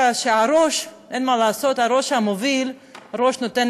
אנחנו מבקשים: כל היהודים רצויים,